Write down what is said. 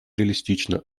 реалистично